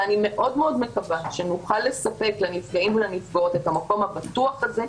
ואני מקווה מאוד שנוכל לספק לנפגעים ולנפגעות את המקום הבטוח הזה,